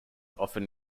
often